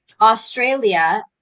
Australia